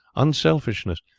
unselfishness,